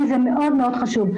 כי זה מאוד חשוב.